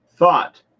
thought